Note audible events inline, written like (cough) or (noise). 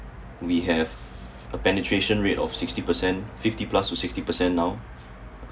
we have a penetration rate of sixty percent fifty plus to sixty percent now (breath) uh